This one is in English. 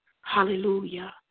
hallelujah